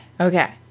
okay